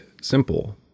simple